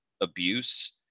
abuse